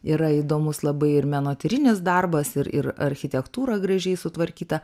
yra įdomus labai ir menotyrinis darbas ir ir architektūra gražiai sutvarkyta